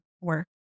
work